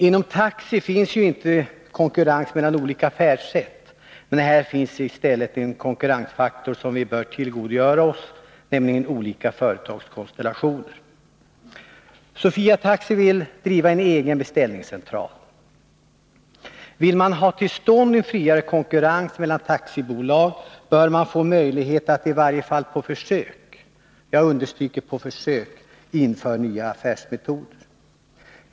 Inom taxi finns inte konkurrens mellan olika färdsätt, men här finns i stället en konkurrensfaktor som vi bör tillgodogöra oss, nämligen olika företagskonstellationer. Sofia Taxi vill driva en egen beställningscentral. Vill man få till stånd en friare konkurrens mellan taxibolag, bör det ges möjlighet att i varje fall på försök — jag understryker ”på försök” — införa nya affärsmetoder.